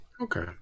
Okay